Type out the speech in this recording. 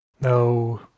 No